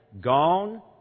gone